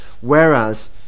Whereas